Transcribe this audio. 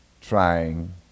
trying